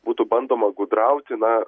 būtų bandoma gudrauti na